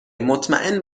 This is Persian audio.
مطمئن